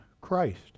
christ